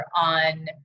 on